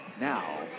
now